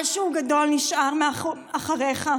משהו גדול נשאר אחריך.